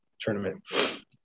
tournament